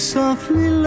softly